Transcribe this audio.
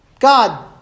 God